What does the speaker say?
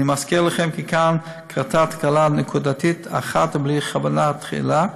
אני מזכיר לכם כי כאן קרתה תקלה נקודתית אחת בלי כוונה תחילה.